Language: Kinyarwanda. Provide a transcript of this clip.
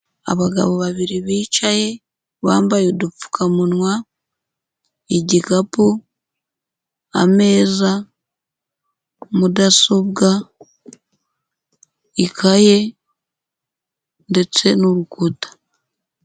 Abagabo babiri bicaye bambaye udupfukamunwa, igikapu, ameza, mudasobwa, ikayi ndetse n'urukuta.